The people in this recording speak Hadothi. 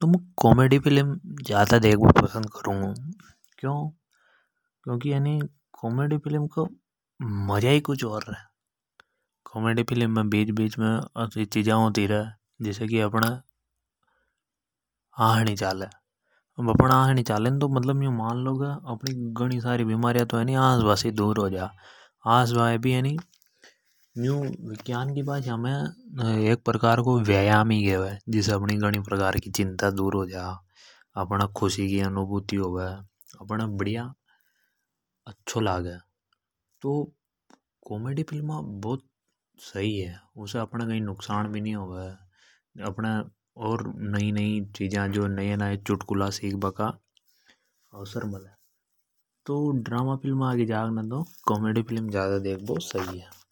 तो मु कॉमेडी फिल्म ज्यादा देखो पसंद करो। क्यों क्योंकि यानी कॉमेडी फिल्म को मजा ही कुछ और है। कॉमेडी फिल्म में बीच-बीच में असि चीज होती रे। जसा कि अब अपन हासनी चा ले तो अपनी घणी सारी बीमारियां तो हँस बा से ही दूर हो जा। हाँ स बो भी एक प्रकार को व्यायाम है जिसे अप णी कई प्रकार की चिंता दूर हो जा अपन है खुशी की अनुभूति हो वे अपना बढ़िया अच्छो लगे। तो कॉमेडी फिल्म बहुत सही है उसे अपनो कई नुकसान भी नी है। अपन और कई नई-नई चिजा जांबा की मले जो नए-नए चुटकुला भी सुनबा का मले। तो ड्रामा फिल्म की जागे तो कॉमेडी फिल्म ज्यादा देखबो सही है।